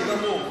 הכול בסדר גמור.